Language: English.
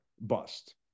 bust